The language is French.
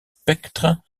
spectres